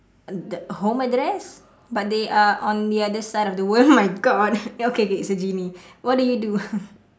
uh the home address but they are on the other side of the world oh my god K K it's a genie what do you do